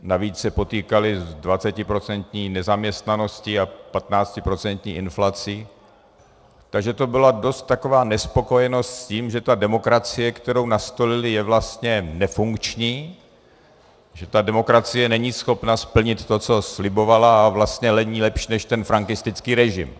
Navíc se potýkali s dvacetiprocentní nezaměstnaností a patnáctiprocentní inflací, takže to byla dost taková nespokojenost s tím, že ta demokracie, kterou nastolili, je vlastně nefunkční, že ta demokracie není schopna splnit to, co slibovala, a vlastně není lepší než ten frankistický režim.